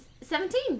Seventeen